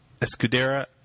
Escudera